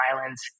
islands